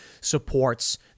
supports